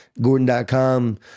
Gordon.com